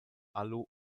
alu